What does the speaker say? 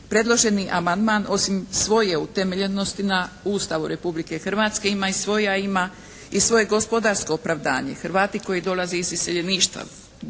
Predloženi amandman osim svoje utemeljenosti na Ustavu Republike Hrvatske ima i svoja ima i svoje gospodarsko opravdanje. Hrvati koji dolaze iz iseljeništva,